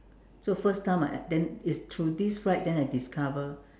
so first time I then it is through this ride then I discover